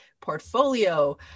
portfolio